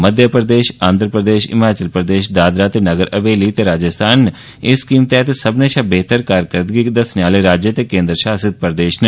मध्य प्रदेश आंध्र प्रदेश हिमाचल प्रदेश दादरा ते नगर हवेली ते राजस्थान इस स्कीम तैहत सब्भनें शा बेहतर कारकरदगी करने आहले राज्य ते केन्द्र शासित प्रदेश न